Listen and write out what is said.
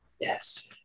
Yes